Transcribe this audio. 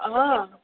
ହଁ